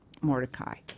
Mordecai